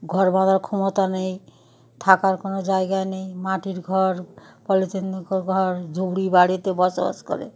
ঘর বাঁধার ক্ষমতা নেই থাকার কোনো জায়গা নেই মাটির ঘর পলিথিনের ঘর ঝুপড়ি বাড়িতে বসবাস করে